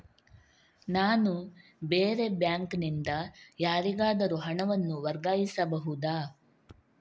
ನಾನು ಬೇರೆ ಬ್ಯಾಂಕ್ ನಿಂದ ಯಾರಿಗಾದರೂ ಹಣವನ್ನು ವರ್ಗಾಯಿಸಬಹುದ?